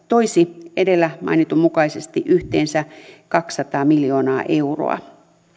toisi edellä mainitun mukaisesti yhteensä kaksisataa miljoonaa euroa